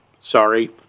sorry